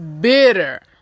bitter